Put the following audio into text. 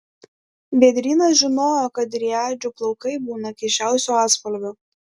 vėdrynas žinojo kad driadžių plaukai būna keisčiausių atspalvių